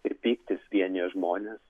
ir pyktis vienija žmones